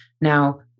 Now